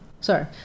sorry